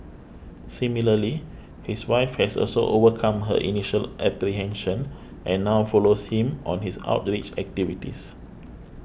similarly his wife has also overcome her initial apprehension and now follows him on his outreach activities